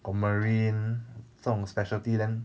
got marine 这种 specialty then